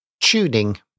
Tuning